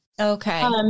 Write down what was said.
Okay